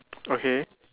okay